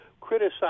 criticize